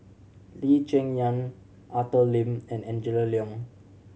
Lee Cheng Yan Arthur Lim and Angela Liong